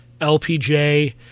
LPJ